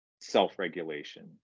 self-regulation